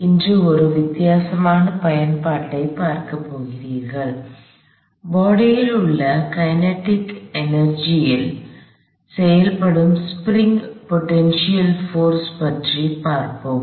இன்று ஒரு வித்தியாசமான பயன்பாட்டைப் பார்க்கப் போகிறீர்கள் பாடியில் மற்றும் கினெடிக் எனர்ஜியில் kinetic energyஇயக்க ஆற்றல் செய்யல்படும் ஸ்ப்ரிங் பொட்டெண்ஷியல் போர்ஸ் பற்றி பார்க்கபோகிறோம்